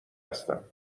هستم